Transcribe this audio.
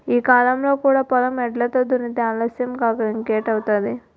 ఈ కాలంలో కూడా పొలం ఎడ్లతో దున్నితే ఆలస్యం కాక ఇంకేటౌద్ది?